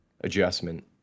adjustment